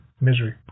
misery